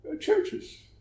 Churches